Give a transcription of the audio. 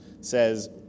says